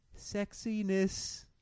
sexiness